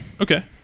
Okay